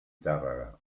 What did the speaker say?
tàrrega